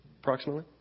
Approximately